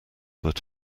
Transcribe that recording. that